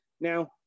Now